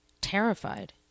Terrified